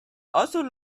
also